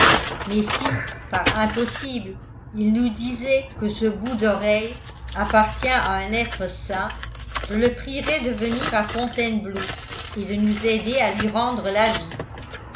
mais si par impossible il nous disait que ce bout d'oreille appartient à un être sain je le prierais de venir à fontainebleau et de nous aider à lui rendre la vie